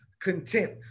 content